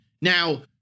Now